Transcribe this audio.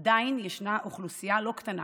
עדיין ישנה אוכלוסייה לא קטנה